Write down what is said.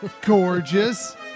gorgeous